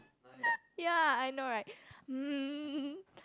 ya I know right um